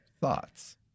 thoughts